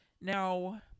now